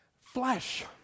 flesh